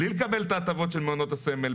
בלי לקבל את ההטבות של מעונות הסמל,